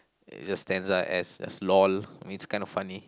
it just stands like as as lol it's kinda funny